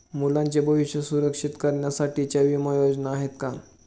मुलांचे भविष्य सुरक्षित करण्यासाठीच्या विमा योजना आहेत का?